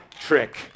Trick